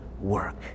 work